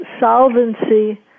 solvency